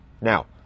Now